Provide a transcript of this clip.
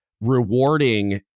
rewarding